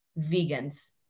vegans